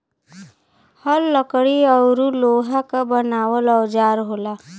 हल लकड़ी औरु लोहा क बनावल औजार होला